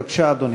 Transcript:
בבקשה, אדוני.